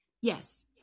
yes